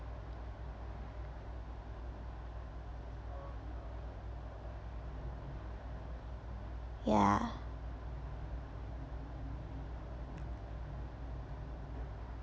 ya